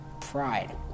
Pride